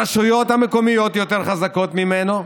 הרשויות המקומיות יותר חזקות ממנו,